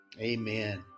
amen